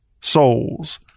souls